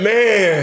Man